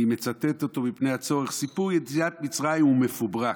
אני מצטט אותו מפני הצורך: סיפור יציאת מצרים הוא מפוברק,